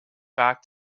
back